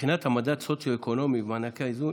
מבחינת המדד הסוציו-אקונומי ומענקי האיזון